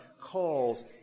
calls